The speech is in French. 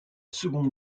seconde